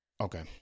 Okay